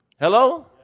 Hello